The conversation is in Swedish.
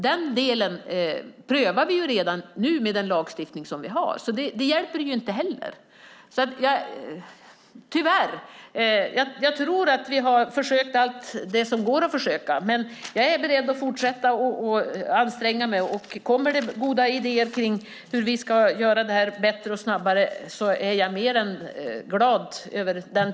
Den delen prövar vi redan nu med den lagstiftning som vi har, så det hjälper inte heller. Tyvärr tror jag att vi har försökt allt det som går att försöka, men jag är beredd att fortsätta och anstränga mig. Kommer det goda idéer kring hur vi ska göra det här bättre och snabbare är jag mer än glad över det.